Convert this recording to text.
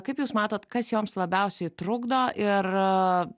kaip jūs matot kas joms labiausiai trukdo ir